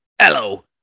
Hello